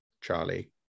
Charlie